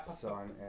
son